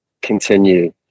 continue